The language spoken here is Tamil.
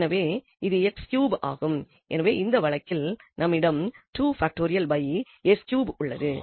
எனவே இது s3 ஆகும் எனவே இந்த வழக்கில் நம்மிடம் உள்ளது